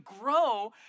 grow